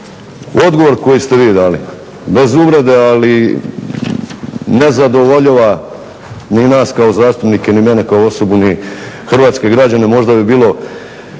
odgovor koji ste vi dali, bez uvrede ali ne zadovoljava ni nas kao zastupnike ni mene kao osobu, ni hrvatske građane. Možda bi bio,